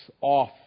off